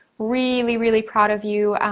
really, really proud of you.